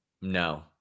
No